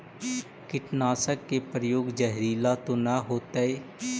कीटनाशक के प्रयोग, जहरीला तो न होतैय?